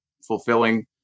fulfilling